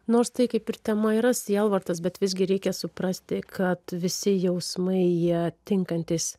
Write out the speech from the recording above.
nors tai kaip ir tema yra sielvartas bet visgi reikia suprasti kad visi jausmai jie tinkantys